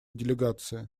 делегации